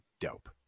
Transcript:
dope